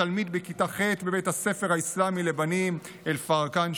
ותלמיד בכיתה ח' בבית הספר האסלאמי לבנים אלפורקאן,